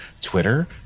Twitter